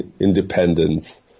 independence